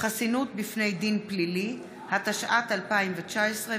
התשע"ט 2019,